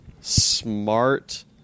smart